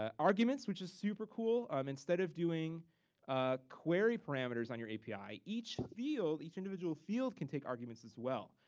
ah arguments, which is super cool. um instead of doing query parameters on your api, each field, each individual field can take arguments as well.